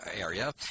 area